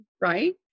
right